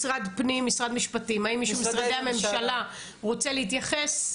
משרד הפנים ומשרד המשפטים רוצה להתייחס?